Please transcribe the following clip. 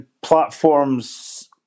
platforms